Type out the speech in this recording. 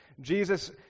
Jesus